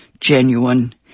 genuine